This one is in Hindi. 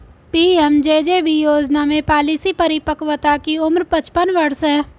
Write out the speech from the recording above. पी.एम.जे.जे.बी योजना में पॉलिसी परिपक्वता की उम्र पचपन वर्ष है